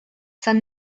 son